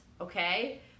okay